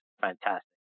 Fantastic